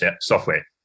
software